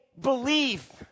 believe